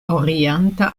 orienta